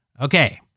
Okay